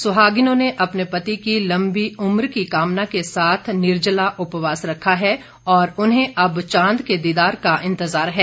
सुहागिनों ने अपने पति की लम्बी उम्र की कामना के साथ निर्जला उपवास रखा है और उन्हें अब चांद के दीदार का इंतजार है